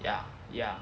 yeah yeah